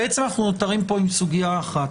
בעצם אנחנו נותרים פה עם סוגיה אחת.